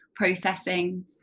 processing